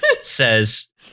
says